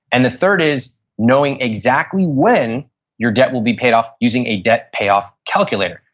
and the third is knowing exactly when your debt will be paid off using a debt payoff calculator.